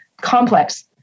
complex